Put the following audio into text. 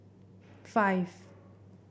five